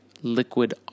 liquid